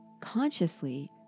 consciously